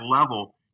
level